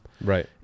Right